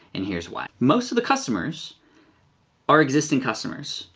and here's why. most of the customers are existing customers.